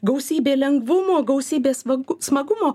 gausybė lengvumų gausybė svagu smagumo